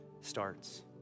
starts